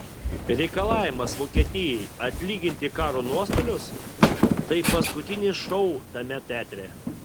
reikalavimas vokietijai atlyginti karo nuostolius tai paskutinis šou tame teatre